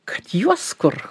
kad juos kur